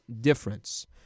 difference